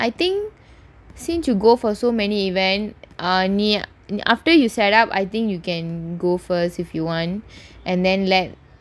seem you go for so many events err நீ:nee after you set up I think you can go first if you want and then let